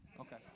okay